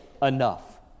enough